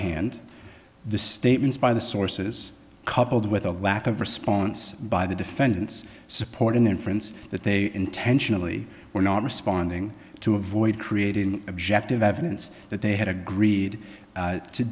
hand the statements by the sources coupled with a lack of response by the defendants support an inference that they intentionally were not responding to avoid creating objective evidence that they had agreed to